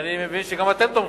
ואני מבין שגם אתם תומכים,